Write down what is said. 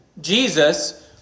Jesus